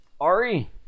Ari